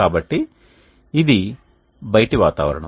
కాబట్టి ఇది బయటి వాతావరణం